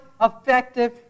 effective